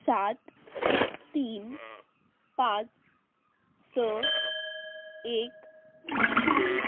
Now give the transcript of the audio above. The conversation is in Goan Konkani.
सात तीन पांच स एक एक